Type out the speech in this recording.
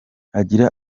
agira